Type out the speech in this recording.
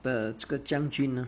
的这个将军呢